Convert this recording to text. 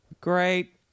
Great